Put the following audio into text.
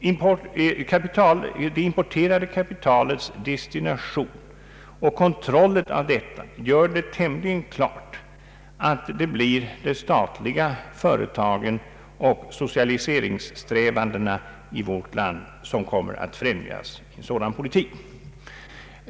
Det importerade kapitalets destination och kontrollen av detta gör det tämligen klart att det blir de statliga företagen och socialiseringssträvandena i vårt land som kommer att främjas av en sådan politik.